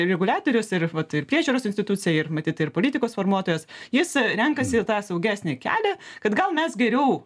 reguliatorius ir vat ir priežiūros institucija ir matyt ir politikos formuotojas jis renkasi tą saugesnį kelią kad gal mes geriau